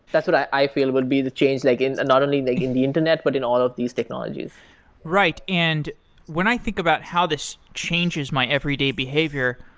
that's what i feel would be the change, like and not only like in the internet but in all of these technologies right. and when i think about how this changes my everyday behavior,